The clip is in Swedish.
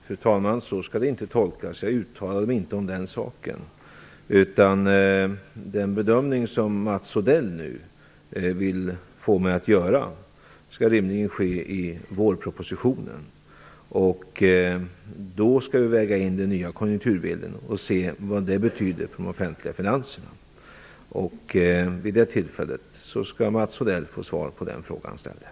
Fru talman! Så skall det inte tolkas. Jag uttalade mig inte om den saken. Den bedömning som Mats Odell nu vill få mig att göra, skall rimligen ske i vårpropositionen. Då skall vi väga in den nya konjunkturbilden och se vad det betyder för de offentliga finanserna. Vid det tillfället skall Mats Odell få svar på den fråga han ställde.